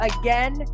again